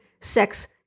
sex